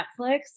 Netflix